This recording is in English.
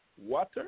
Water